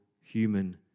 human